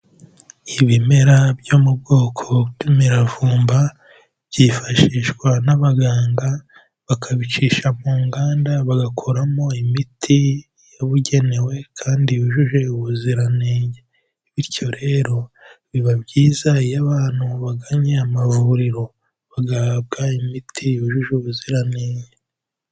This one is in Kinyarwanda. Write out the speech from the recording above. Ibimera byo mu bwoko bw'imiravumba, byifashishwa n'abaganga, bakabicisha mu nganda bagakoramo imiti yabugenewe, kandi yujuje ubuziranenge. Bityo rero biba byiza iyo abantu bagannye amavuriro, bagahabwa imiti yujuje ubuziranenge.